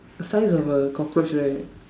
size of a cockroach right